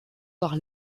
par